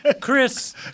Chris